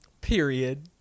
Period